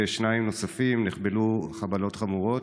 ושניים נוספים נחבלו חבלות חמורות.